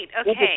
Okay